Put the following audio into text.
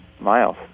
miles